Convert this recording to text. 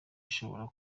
ishobora